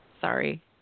sorry